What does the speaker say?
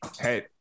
hey